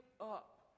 up